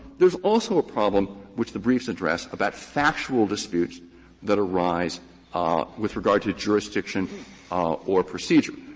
there is also a problem, which the briefs address, about factual disputes that arise ah with regard to jurisdiction ah or procedure.